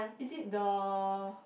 is it the